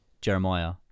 Jeremiah